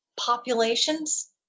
populations